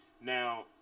Now